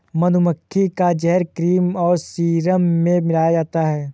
मधुमक्खी का जहर क्रीम और सीरम में मिलाया जाता है